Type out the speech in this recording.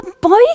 boy